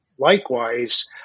Likewise